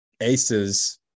aces